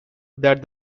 that